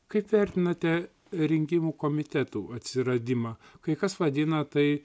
kaip vertinate rinkimų komitetų atsiradimą kai kas vadina tai